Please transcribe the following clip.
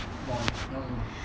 不懂 leh 要做什么